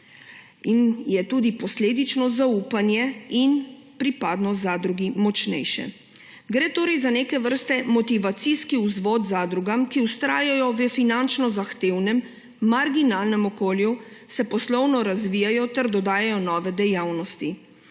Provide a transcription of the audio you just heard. in je posledično tudi zaupanje in pripadnost zadrugi močnejše. Gre torej za neke vrste motivacijski vzvod zadrugam, ki vztrajajo v finančno zahtevnem marginalnem okolju, se poslovno razvijajo ter dodajajo nove dejavnosti.